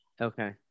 okay